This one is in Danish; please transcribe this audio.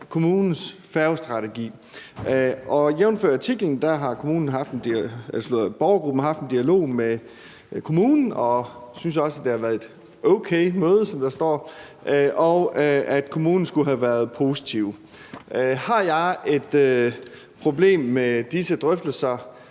kommunens færgestrategi, og jævnfør artiklen har borgergruppen haft en dialog med kommunen, og man synes også, at det har været et okay møde, som der står, og at kommunen skulle have været positiv. Har jeg et problem med disse drøftelser?